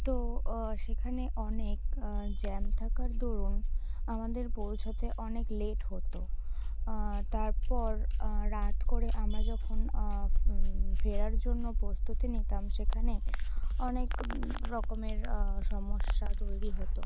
তো সেখানে অনেক জ্যাম থাকার দরুন আমাদের পৌঁছাতে অনেক লেট হতো তারপর রাত করে আমরা যখন ফেরার জন্য প্রস্তুতি নিতাম সেখানে অনেক রকমের সমস্যা তৈরি হতো